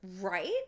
right